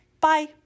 Bye